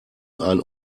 ein